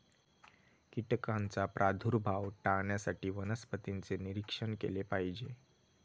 कीटकांचा प्रादुर्भाव टाळण्यासाठी वनस्पतींचे निरीक्षण केले पाहिजे